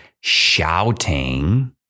shouting